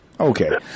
Okay